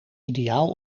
ideaal